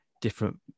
different